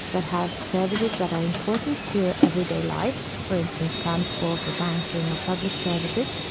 that have services that are important to everyday life, for instance transport or banking or public services,